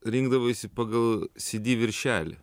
rinkdavaisi pagal si di viršelį